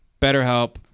BetterHelp